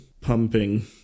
pumping